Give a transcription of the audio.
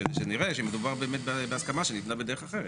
כדי שנראה שבאמת מדובר בהסכמה שניתנה בדרך אחרת.